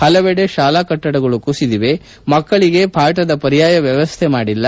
ಪಲವೆಡೆ ಶಾಲಾ ಕಟ್ಟಡಗಳು ಕುಸಿದಿವೆ ಮಕ್ಕಳಿಗೆ ಪಾಠದ ಪರ್ಯಾಯ ವ್ಯವಸ್ಥೆ ಮಾಡಿಲ್ಲ